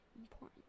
important